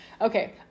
okay